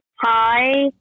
Hi